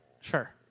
Sure